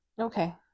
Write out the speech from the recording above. Okay